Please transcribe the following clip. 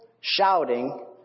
shouting